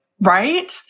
right